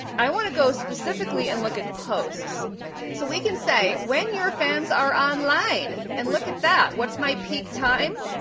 i want to go specifically and look at posts so we can say when your fans are online and look at that, what's my peak time?